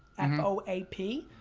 and and o a p.